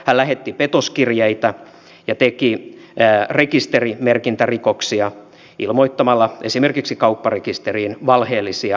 hän lähetti petoskirjeitä ja teki rekisterimerkintärikoksia ilmoittamalla esimerkiksi kaupparekisteriin valheellisia nimiä